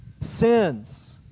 sins